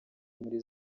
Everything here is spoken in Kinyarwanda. muri